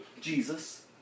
Jesus